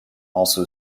also